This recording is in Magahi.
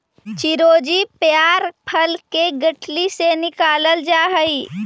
चिरौंजी पयार फल के गुठली से निकालल जा हई